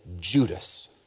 Judas